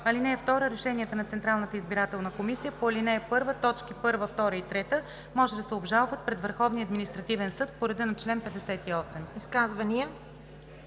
ал. 2: „(2) Решенията на Централната избирателна комисия по ал. 1, т. 2 и 5 може да се обжалват пред Върховния административен съд по реда на чл. 58.“